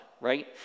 right